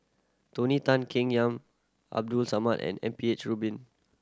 Tony Tan Keng Yam Abdul Samad and M P H Rubin